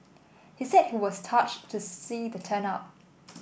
he said he was touched to see the turnout